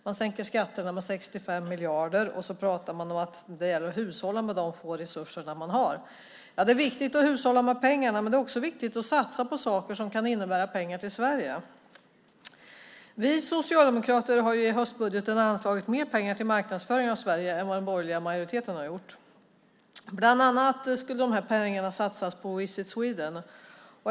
Man sänker skatterna med 65 miljarder, och så pratar man om att det gäller att hushålla med de få resurser man har. Ja, det är viktigt att hushålla med pengarna, men det är också viktigt att satsa på saker som kan innebära pengar till Sverige. Vi socialdemokrater har i höstbudgeten anslagit mer pengar till marknadsföring av Sverige än vad den borgerliga majoriteten har gjort. Bland annat skulle de pengarna satsas på Visit Sweden.